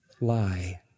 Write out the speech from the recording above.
lie